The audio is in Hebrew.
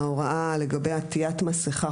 ההוראה לגבי עטית מסכה,